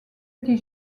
était